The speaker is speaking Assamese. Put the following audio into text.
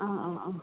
অঁ অঁ অঁ